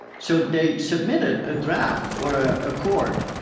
so they submitted a draft for ah a court.